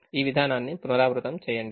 ఈ విధానాన్ని పునరావృతం చేయండి